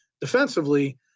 defensively